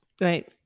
right